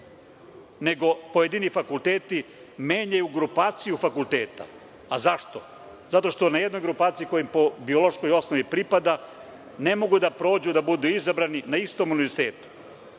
nego pojedini fakulteti menjaju grupaciju fakulteta. Zašto? Zato što na jednoj grupaciji koja im po biološkoj osnovi pripada ne mogu da prođu i da budu izabrani na istom univerzitetu.